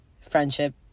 Friendship